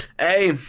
Hey